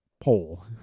pole